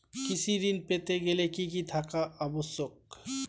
কৃষি ঋণ পেতে গেলে কি কি থাকা আবশ্যক?